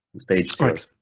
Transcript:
stage clear.